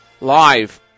live